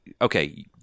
okay